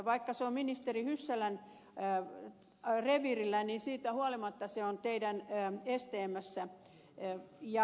vaikka se on ministeri hyssälän reviirillä niin siitä huolimatta se on teidän stmssä